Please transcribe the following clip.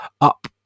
up